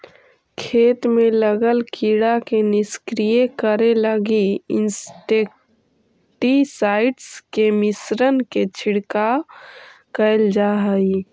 खेत में लगल कीड़ा के निष्क्रिय करे लगी इंसेक्टिसाइट्स् के मिश्रण के छिड़काव कैल जा हई